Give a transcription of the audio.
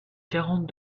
quarante